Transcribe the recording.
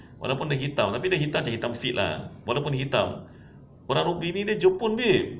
walaupun dia hitam tapi dia hitam macam hitam sikit lah walaupun dia hitam orang rupi ni jepun babe